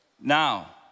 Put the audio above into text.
now